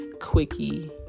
quickie